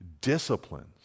disciplines